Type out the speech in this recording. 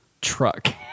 truck